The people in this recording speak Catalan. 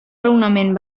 raonament